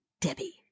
Debbie